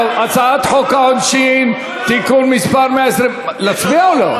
טוב, הצעת חוק העונשין, תיקון מס' להצביע או לא?